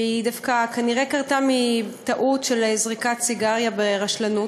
והיא דווקא כנראה קרתה מטעות של זריקת סיגריה ברשלנות.